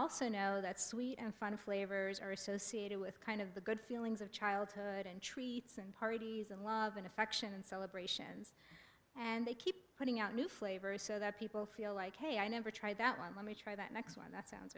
also know that sweet and fun flavors are associated with kind of the good feelings of childhood and treats and parties and love and affection and celebrations and they keep putting out new flavors so that people feel like hey i never tried that one let me try that next one that sounds